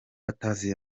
batazi